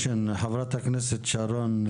חברת הכנסת שרון רוצה לשאול שאלה.